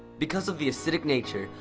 because of the acidic nature,